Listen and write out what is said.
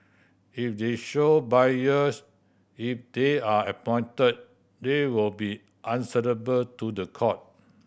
if they show bias if they are appointed they will be answerable to the court